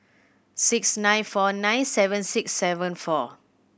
six nine four nine seven six seven four